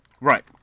right